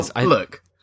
Look